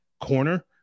corner